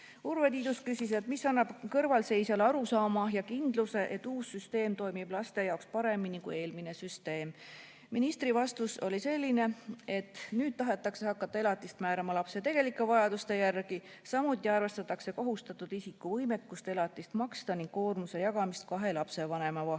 Tiidus küsis, mis annab kõrvalseisjale arusaama ja kindluse, et uus süsteem toimib laste jaoks paremini kui eelmine süsteem. Ministri vastus oli selline, et nüüd tahetakse hakata elatist määrama lapse tegelike vajaduste järgi, samuti arvestatakse kohustatud isiku võimekust elatist maksta ning koormuse jagamist kahe lapsevanema vahel.